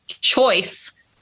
choice